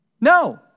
No